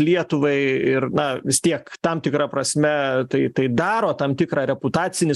lietuvai ir na vis tiek tam tikra prasme tai tai daro tam tikrą reputacinį